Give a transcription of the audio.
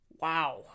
Wow